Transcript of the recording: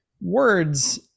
words